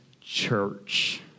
church